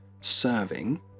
serving